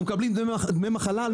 אנחנו מקבלים דמי מחלה?